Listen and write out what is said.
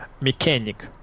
mechanic